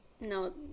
no